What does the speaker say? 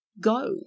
go